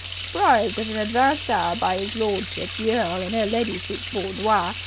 surprised at an advanced hour by is lordship the earl in er ladyship's boudoir,